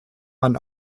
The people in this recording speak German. man